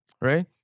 right